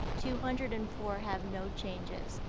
two hundred and four have no changes.